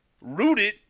rooted